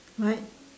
what